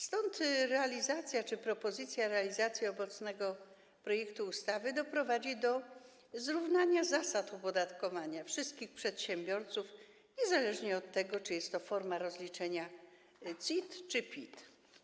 Stąd realizacja czy propozycja realizacji obecnego projektu ustawy doprowadzi do zrównania zasad opodatkowania wszystkich przedsiębiorców, niezależnie od tego, czy jest to forma rozliczenia CIT czy PIT.